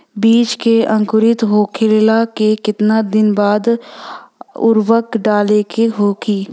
बिज के अंकुरित होखेला के कितना दिन बाद उर्वरक डाले के होखि?